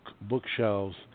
bookshelves